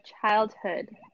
childhood